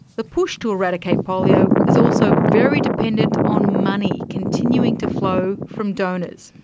the push to eradicate polio is also very dependent on money continuing to flow from donors.